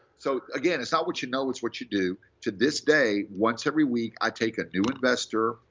so again, it's not what you know. it's what you do. to this day, once every week, i take a new investor,